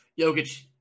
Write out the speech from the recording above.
Jokic